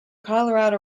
colorado